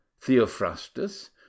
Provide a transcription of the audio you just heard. Theophrastus